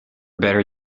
better